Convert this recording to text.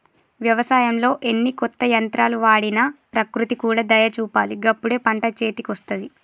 వ్యవసాయంలో ఎన్ని కొత్త యంత్రాలు వాడినా ప్రకృతి కూడా దయ చూపాలి గప్పుడే పంట చేతికొస్తది